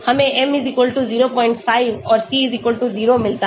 हमें m 05 और c 0 मिलता है